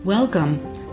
Welcome